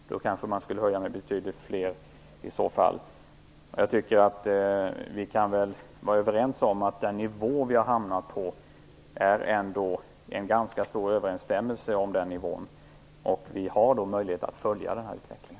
Man kanske skulle höja med betydligt fler i så fall. Vi kan väl vara överens om att det råder en ganska stor överensstämmelse om den nivå vi har hamnat på. Vi har ju möjlighet att följa den här utvecklingen.